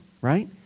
right